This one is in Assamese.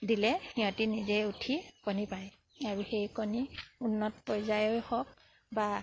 দিলে সিহঁতি নিজে উঠি কণী পাৰে আৰু সেই কণী উন্নত পৰ্যায়ৰে হওক বা